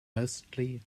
mostly